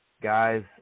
guys